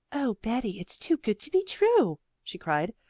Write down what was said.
oh betty, it's too good to be true, she cried,